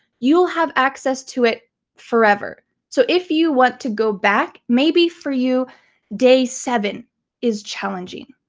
you'll have access to it forever. so if you want to go back, maybe for you day seven is challenging.